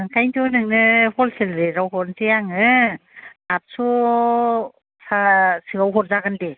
ओंखायनोथ' नोंनो हल सेल रेतयाव हरसै आङो आतस' सा सोयाव हरजागोन दे